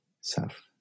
self